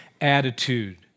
attitude